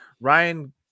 Ryan